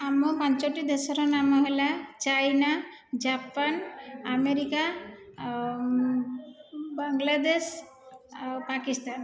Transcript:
ଆମ ପାଞ୍ଚଟି ଦେଶର ନାମ ହେଲା ଚାଇନା ଜାପାନ ଆମେରିକା ବାଂଲାଦେଶ ଆଉ ପାକିସ୍ତାନ